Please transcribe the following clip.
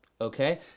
Okay